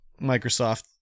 Microsoft